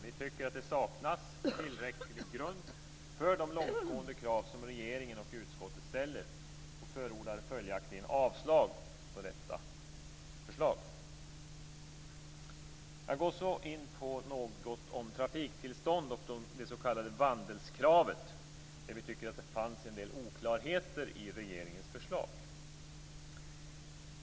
Vi tycker att det saknas tillräcklig grund för de långtgående krav som regeringen och utskottet ställer och förordar följaktligen avslag på detta förslag. Jag skall därefter säga något om trafiktillstånd och det s.k. vandelskravet, där vi tycker att det fanns en del oklarheter i regeringens förslag.